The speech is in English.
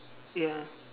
ya